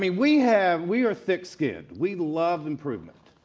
we we have, we are thick skinned, we love improvement,